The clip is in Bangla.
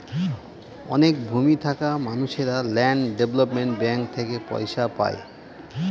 অনেক ভূমি থাকা মানুষেরা ল্যান্ড ডেভেলপমেন্ট ব্যাঙ্ক থেকে পয়সা পায়